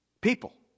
People